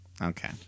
Okay